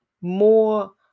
more